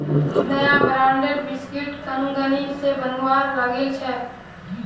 नया ब्रांडेर बिस्कुट कंगनी स बनवा लागिल छ